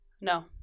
No